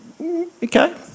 okay